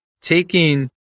taking